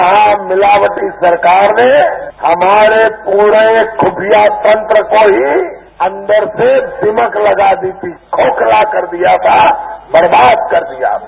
महामिलावटी सरकार ने हमारे पूरे खुफिया तंत्र को ही अंदर से दीमक लगा दी थी खोखला कर दिया बर्बाद कर दिया था